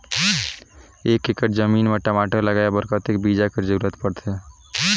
एक एकड़ जमीन म टमाटर लगाय बर कतेक बीजा कर जरूरत पड़थे?